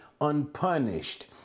unpunished